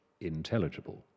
intelligible